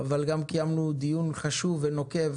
אבל גם קיימנו דיון חשוב ונוקב